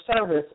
service